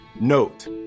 Note